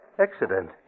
accident